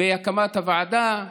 בהקמת הוועדה,